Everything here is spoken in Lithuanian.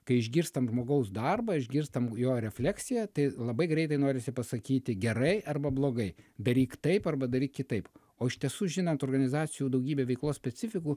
kai išgirstam žmogaus darbą išgirstam jo refleksiją tai labai greitai tai norisi pasakyti gerai arba blogai daryk taip arba dar kitaip o iš tiesų žinant organizacijų daugybę veiklos specifikų